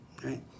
right